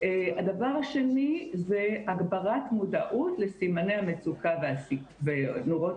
הדבר השני זה הגברת מודעות לסימני המצוקה ונורות